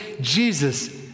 Jesus